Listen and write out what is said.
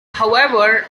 however